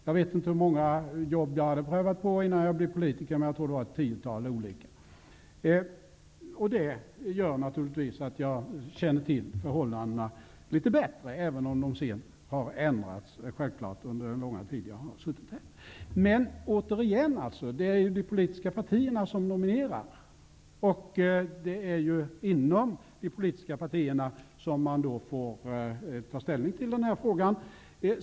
Jag vet inte hur många olika jobb jag hade prövat på innan jag blev politiker -- jag tror att det var ett tiotal -- och det gör naturligtvis att jag känner till förhållandena litet bättre, även om de självfallet har ändrats under den långa tid som jag har suttit här. Men återigen: Det är ju de politiska partierna som nominerar, och det är alltså inom de politiska partierna som man får ta ställning till den här frågan.